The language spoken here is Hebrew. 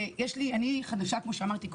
אני חדשה, כמו שאמרתי קודם.